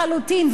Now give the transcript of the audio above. לחלוטין.